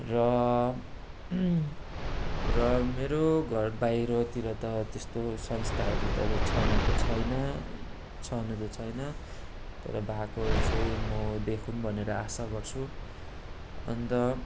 र र मेरो घर बाहिरतिर त त्यस्तो संस्थाहरू त छन त छैन छन त छैन तर भएको चाहिँ म देखौँ भनेर आशा गर्छु अन्त